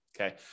Okay